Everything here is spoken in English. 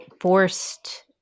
forced